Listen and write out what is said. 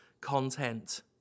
content